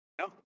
No